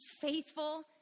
faithful